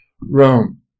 Rome